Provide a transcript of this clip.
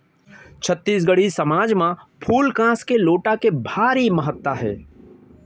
छत्तीसगढ़ी समाज म फूल कांस के लोटा के भारी महत्ता हे